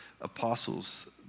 apostles